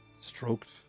stroked